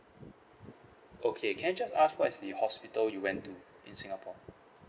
okay can I just ask what is the hospital you went to in singapore